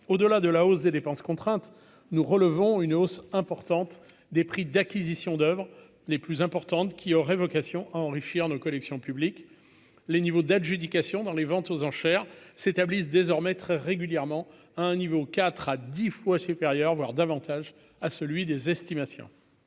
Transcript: au-delà de la hausse des dépenses contraintes nous relevons une hausse importante des prix d'acquisition d'Oeuvres les plus importantes qui aurait vocation à enrichir nos collections publiques, les niveaux d'adjudication dans les ventes aux enchères s'établissent désormais très régulièrement à un niveau 4 à 10 fois supérieurs, voire davantage à celui des estimations.